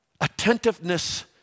attentiveness